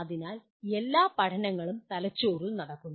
അതിനാൽ എല്ലാ പഠനങ്ങളും തലച്ചോറിൽ നടക്കുന്നു